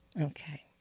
Okay